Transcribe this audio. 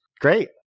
great